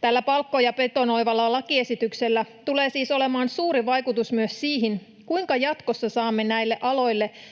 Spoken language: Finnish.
Tällä palkkoja betonoivalla lakiesityksellä tulee siis olemaan suuri vaikutus myös siihen, kuinka jatkossa saamme